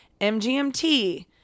MGMT